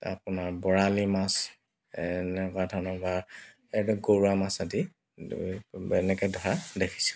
আপোনাৰ বৰালি মাছ এনেকুৱা ধৰণৰ বা এইটো গৰুৱা মাছ আদি এনেকৈ ধৰা দেখিছোঁ